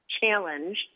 challenge